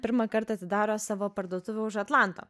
pirmą kartą atidaro savo parduotuvę už atlanto